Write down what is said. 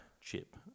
Chip